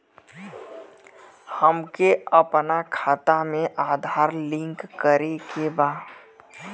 हमके अपना खाता में आधार लिंक करें के बा?